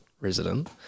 resident